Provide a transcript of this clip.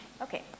Okay